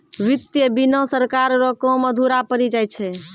वित्त बिना सरकार रो काम अधुरा पड़ी जाय छै